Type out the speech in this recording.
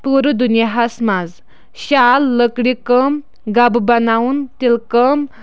پوٗرٕ دُنیاہَس منٛز شال لٔکرِ کٲم گَبہٕ بَناوُن تِلہٕ کٲم